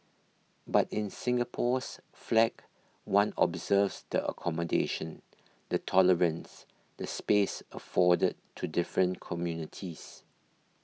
but in Singapore's flag one observes the accommodation the tolerance the space afforded to different communities